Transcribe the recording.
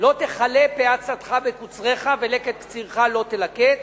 לא תכלה פאת שדך בקוצרך ולקט קצירך לא תלקט,